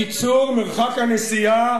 תוכנית אב לתחבורה, לקיצור מרחק הנסיעה